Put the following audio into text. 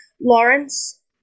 Lawrence